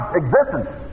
existence